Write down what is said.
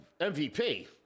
MVP